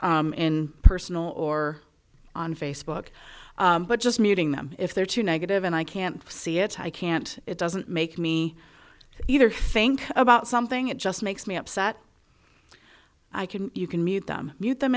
in personal or on facebook but just meeting them if they're too negative and i can't see it i can't it doesn't make me either think about something it just makes me upset i can you can meet them mute them